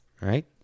right